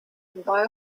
buy